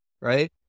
Right